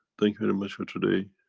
thank you very much for today.